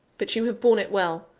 but you have borne it well.